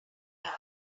hour